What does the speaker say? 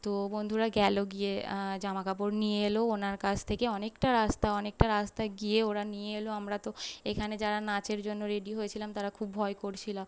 তো বন্ধুরা গেল গিয়ে জামাকাপড় নিয়ে এল ওনার কাছ থেকে অনেকটা রাস্তা অনেকটা রাস্তা গিয়ে ওরা নিয়ে এল আমরা তো এখানে যারা নাচের জন্য রেডি হয়েছিলাম তারা খুব ভয় করছিলাম